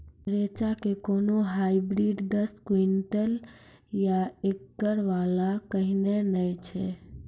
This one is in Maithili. रेचा के कोनो हाइब्रिड दस क्विंटल या एकरऽ वाला कहिने नैय छै?